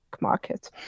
market